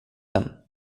den